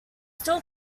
still